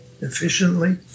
efficiently